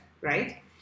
right